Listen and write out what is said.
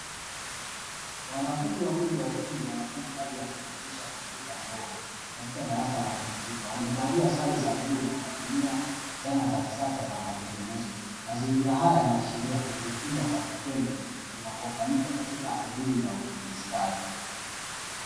Wanafunzi wawili wa ufundi wanafanya kazi ya kurekebisha kompyuta ndogo katika darasa la kompyuta, wamevalia sare za bluu na wanatumia zana za kisasa za matengenezo. Mazingira haya yanaashiria kujifunza kwa vitendo, kunakofanyika katika elimu ya ufundi stadi.